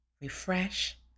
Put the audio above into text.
refresh